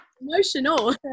emotional